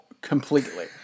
Completely